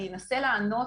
אני אנסה לענות,